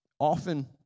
Often